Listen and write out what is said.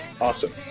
Awesome